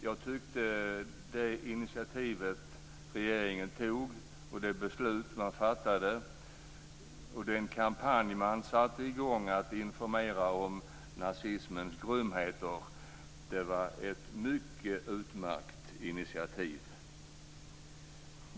Jag tyckte att det initiativ som regeringen tog, det beslut man fattade och den kampanj man satte i gång för att informera om nazismens grymheter var ett mycket utmärkt initiativ.